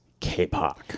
K-pop